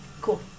Cool